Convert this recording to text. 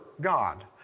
God